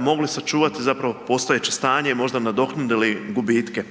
mogli sačuvati postojeće stanje i možda nadoknadili gubitke.